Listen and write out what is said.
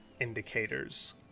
indicators